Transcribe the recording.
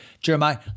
Jeremiah